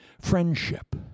friendship